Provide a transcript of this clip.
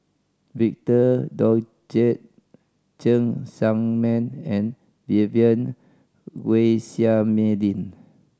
Victor Doggett Cheng Tsang Man and Vivien Quahe Seah Mei Lin